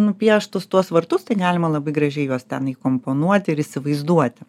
nupieštus tuos vartus tai galima labai gražiai juos ten įkomponuoti ir įsivaizduoti